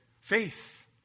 faith